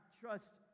trust